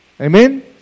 Amen